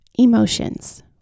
Emotions